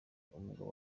umugabo